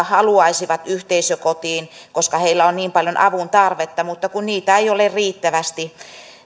haluaisivat yhteisökotiin koska heillä on niin paljon avuntarvetta mutta kun niitä ei ole riittävästi